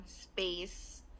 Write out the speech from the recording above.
space